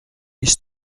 ist